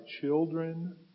children